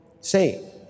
say